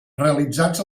realitzats